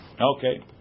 Okay